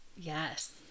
yes